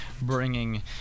bringing